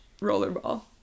Rollerball